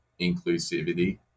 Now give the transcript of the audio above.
inclusivity